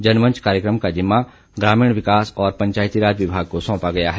जनमंच कार्यकम का जिम्मा ग्रामीण विकास और पंचायती राज विमाग को सौंपा गया है